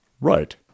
Right